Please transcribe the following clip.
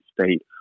State